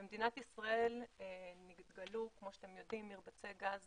כמו שאתם יודעים, במדינת ישראל נתגלו מרבצי גז